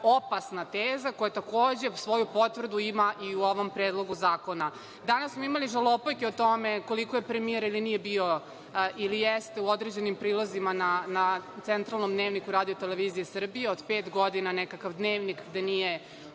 opasna teza koja takođe svoju potvrdu ima i u ovom Predlogu zakona. Danas smo imali žalopojke o tome koliko je premijer ili nije bio ili jeste u određenim prilazima na centralnom dnevniku RTS, od pet godina nekakav dnevnik da nije